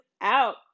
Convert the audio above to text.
out